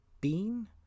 Bean